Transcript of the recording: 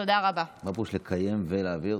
מה פירוש לקיים ולהעביר?